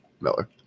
Miller